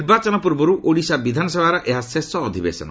ନିର୍ବାଚନ ପୂର୍ବରୁ ଓଡ଼ିଶା ବିଧାନସଭାର ଏହା ଶେଷ ଅଧିବେଶନ